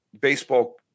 baseball